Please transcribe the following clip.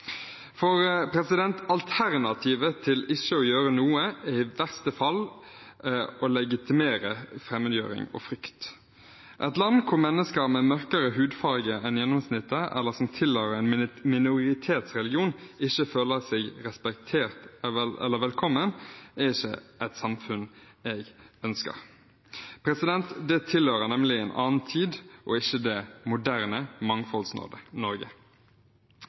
Alternativet til ikke å gjøre noe er i verste fall å legitimere fremmedgjøring og frykt. Et samfunn hvor mennesker som har mørkere hudfarge enn gjennomsnittet eller som tilhører en minoritetsreligion, ikke føler seg respektert eller velkommen, er ikke et samfunn jeg ønsker. Det tilhører nemlig en annen tid og ikke det moderne